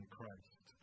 Christ